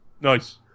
Nice